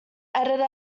editor